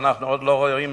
ואנחנו עוד לא רואים